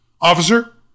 Officer